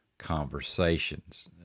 conversations